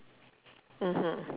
(uh huh)